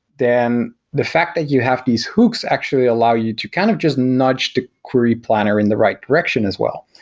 then the fact that you have these hooks actually allow you to kind of just nudge the query planner in the right direction as well.